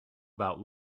about